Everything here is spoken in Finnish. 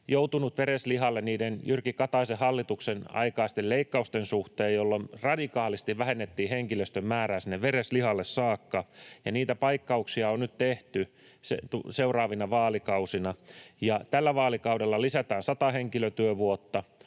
joutunut vereslihalle niiden Jyrki Kataisen hallituksen aikaisten leikkausten suhteen, jolloin radikaalisti vähennettiin henkilöstön määrään sinne vereslihalle saakka, ja niitä paikkauksia on nyt tehty seuraavina vaalikausina. Tällä vaalikaudella lisätään 100 henkilötyövuotta